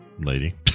lady